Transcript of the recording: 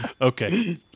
okay